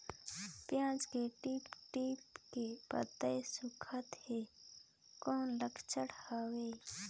पियाज के टीप टीप के पतई सुखात हे कौन लक्षण हवे?